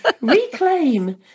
Reclaim